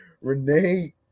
Renee